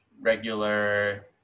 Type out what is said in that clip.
regular